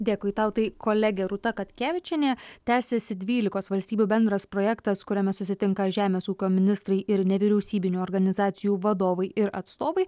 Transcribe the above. dėkui tau tai kolegė rūta katkevičienė tęsiasi dvylikos valstybių bendras projektas kuriame susitinka žemės ūkio ministrai ir nevyriausybinių organizacijų vadovai ir atstovai